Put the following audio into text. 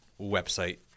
website